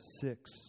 six